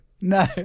No